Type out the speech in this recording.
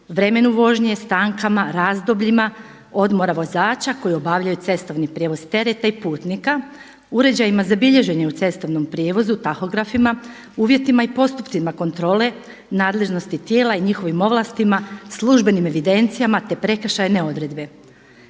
vremenu vožnje, stankama, razdobljima odmora vozača koji obavljaju cestovni prijevoz tereta i putnika, uređajima za bilježenje u cestovnom prijevozu, tahografima, uvjetima i postupcima kontrole, nadležnosti tijela i njihovim ovlastima, službenim evidencijama, te prekršajne odredbe.